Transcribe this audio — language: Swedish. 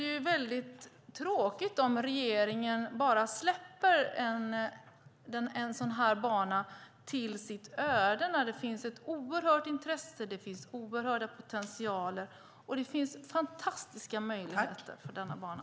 Det är väldigt tråkigt om regeringen bara lämnar en sådan här bana åt dess öde när det finns ett oerhört intresse, oerhörd potential och fantastiska möjligheter för denna bana.